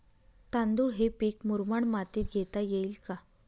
तांदूळ हे पीक मुरमाड मातीत घेता येईल का?